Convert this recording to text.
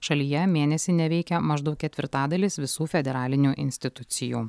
šalyje mėnesį neveikia maždaug ketvirtadalis visų federalinių institucijų